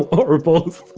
or both